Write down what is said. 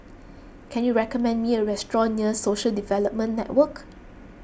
can you recommend me a restaurant near Social Development Network